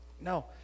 No